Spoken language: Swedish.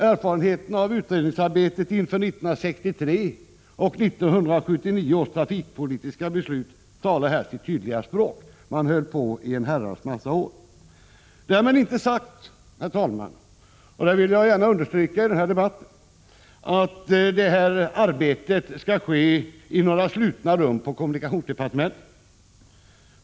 Erfarenheterna av utredningsarbetet inför 1963 och 1979 års trafikpolitiska beslut talar här sitt tydliga språk. Man höll på i en herrans massa år. Därmed inte sagt — och det vill jag gärna understryka i den här debatten — att arbetet skall ske i några slutna rum på kommunikationsdepartementet.